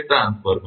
transformer